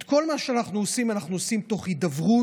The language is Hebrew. את כל מה שאנחנו עושים, אנחנו עושים תוך הידברות